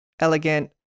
elegant